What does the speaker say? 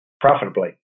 profitably